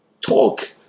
talk